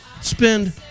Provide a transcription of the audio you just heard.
spend